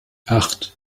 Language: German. acht